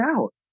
out